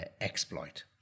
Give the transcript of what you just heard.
exploit